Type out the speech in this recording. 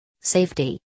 Safety